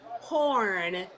porn